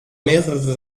mehrere